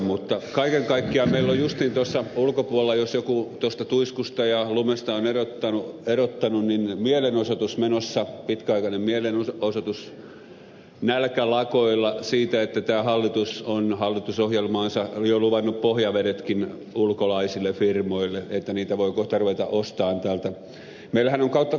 mutta kaiken kaikkiaan meillä on justiin tuossa ulkopuolella jos joku tuosta tuiskusta ja lumesta on erottanut mielenosoitus menossa pitkäaikainen mielenosoitus nälkälakoilla siitä että tämä hallitus on hallitusohjelmassaan jo luvannut pohjavedetkin ulkomaisille firmoille niin että niitä voi kohta ruveta ostamaan täältä